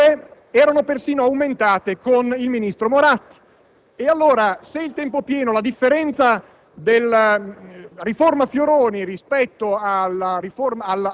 scuole, le classi a 40 ore erano persino aumentate con il ministro Moratti: e allora, se, per il tempo pieno, la differenza della